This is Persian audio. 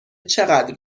چقدر